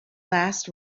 last